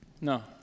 No